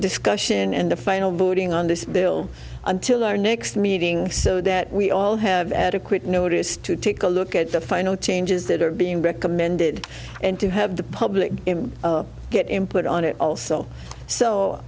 discussion and the final voting on this bill until our next meeting so that we all have adequate notice to take a look at the final changes that are being recommended and to have the public get input on it also so